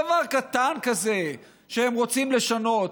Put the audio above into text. דבר קטן כזה שהם רוצים לשנות.